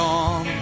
on